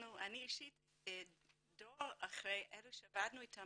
אני אישית דור אחרי אלה שעבדנו איתם